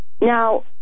Now